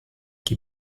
chi